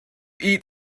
eat